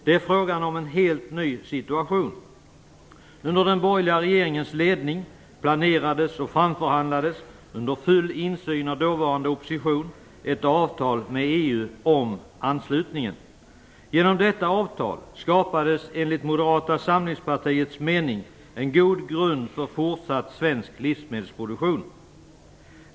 Det är frågan om en helt ny situation. Under den borgerliga regeringens ledning planerades och framförhandlades, under full insyn av den dåvarande oppositionen, ett avtal med EU om anslutningen. Genom detta avtal skapades enligt Moderata samlingspartiets mening en god grund för fortsatt svensk livmedelsproduktion.